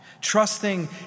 Trusting